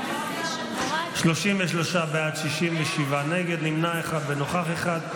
33 בעד, 67 נגד, נמנע אחד ונוכח אחד.